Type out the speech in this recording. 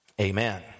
Amen